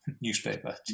newspaper